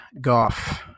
Goff